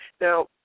Now